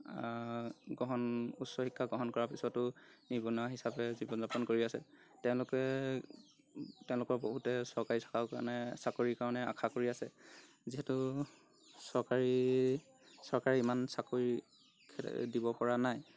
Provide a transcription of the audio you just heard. গ্ৰহণ উচ্চ শিক্ষা গ্ৰহণ কৰাৰ পিছতো নিবনুৱা হিচাপে জীৱন যাপন কৰি আছে তেওঁলোকে তেওঁলোকৰ বহুতে চৰকাৰী চাকৰি কাৰণে চাকৰিৰ কাৰণে আশা কৰি আছে যিহেতু চৰকাৰী চৰকাৰে ইমান চাকৰি দিব পৰা নাই